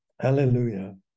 hallelujah